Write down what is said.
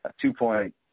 two-point